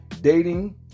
Dating